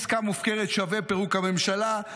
עסקה מופקרת שווה פירוק הממשלה.